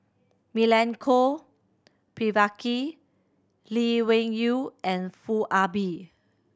Milenko Prvacki Lee Wung Yew and Foo Ah Bee